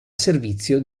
servizio